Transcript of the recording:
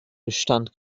bestand